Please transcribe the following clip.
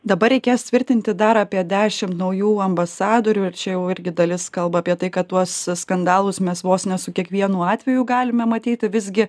dabar reikės tvirtinti dar apie dešim naujų ambasadorių ir čia jau irgi dalis kalba apie tai kad tuos skandalus mes vos ne su kiekvienu atveju galime matyti visgi